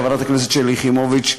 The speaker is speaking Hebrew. חברת הכנסת שלי יחימוביץ,